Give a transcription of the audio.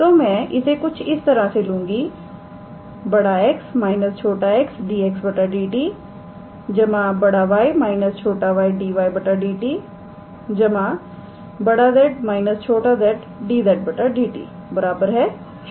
तो मैं इसे कुछ इस तरह से लूंगी 𝑋 − 𝑥 𝑑𝑥 𝑑𝑡 𝑌 − 𝑦 𝑑𝑦 𝑑𝑡 𝑍 − 𝑧 𝑑𝑧 𝑑𝑡 0